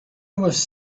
was